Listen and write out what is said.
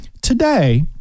Today